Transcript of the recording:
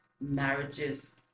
marriages